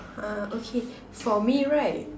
uh okay for me right